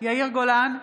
יאיר גולן,